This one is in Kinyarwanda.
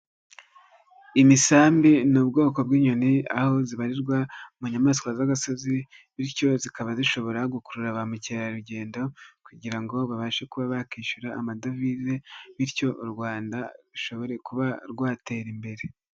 Imisambi ni ubwoko bw'inyoni, aho zibarizwa mu nyamaswa z'agasozi bityo zikaba zishobora gukurura ba mukerarugendo kugira ngo babashe kuba bakishyura amadovize bityo u Rwanda rushobore kuba rwatera imbere.